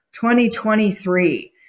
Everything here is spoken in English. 2023